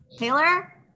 Taylor